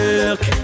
look